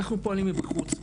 אנחנו פועלים מבחוץ,